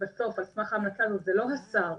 בסוף על סמך ההמלצות זה לא השר,